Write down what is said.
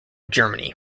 germany